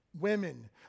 Women